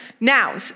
Now